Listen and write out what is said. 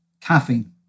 caffeine